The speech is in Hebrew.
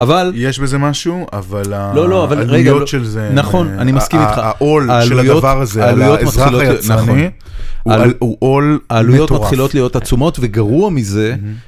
אבל, יש בזה משהו, לא לא רגע, אבל העלויות של זה, נכון, אני מסכים איתך, העול של הדבר הזה על האזרח היצרני הוא עול מטורף. העלויות מתחילות להיות עצומות וגרוע מזה.